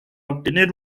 obtener